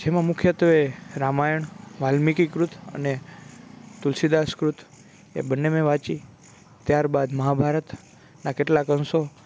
જેમાં મુખ્યત્ત્વે રામાયણ વાલ્મીકિ કૃત અને તુલસીદાસ કૃત એ બંને મેં વાંચી ત્યારબાદ મહાભારત ના કેટલાક અંશો